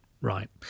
Right